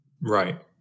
Right